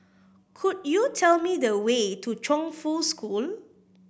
could you tell me the way to Chongfu School